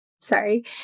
Sorry